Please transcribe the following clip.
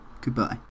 Goodbye